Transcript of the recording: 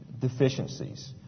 deficiencies